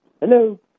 Hello